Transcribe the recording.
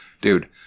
Dude